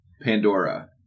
Pandora